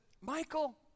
Michael